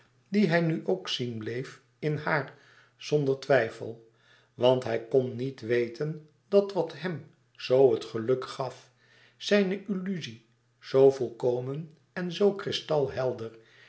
die hij nu ok zien bleef in haar zonder twijfel want hij kon niet weten dat wat hem zo het geluk gaf zijne illuzie zoo volkomen en zo